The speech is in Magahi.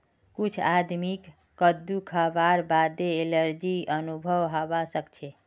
कुछ आदमीक कद्दू खावार बादे एलर्जी अनुभव हवा सक छे